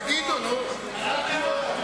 תגידו, נו.